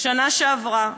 שנה שעברה,